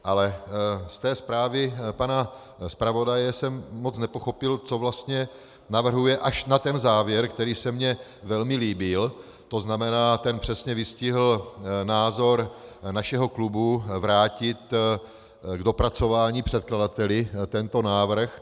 Ale ze zprávy pana zpravodaje jsem moc nepochopil, co vlastně navrhuje, až na ten závěr, který se mi velmi líbil, tzn. ten přesně vystihl názor našeho klubu vrátit k dopracování předkladateli tento návrh.